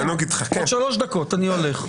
בעוד שלוש דקות אני הולך.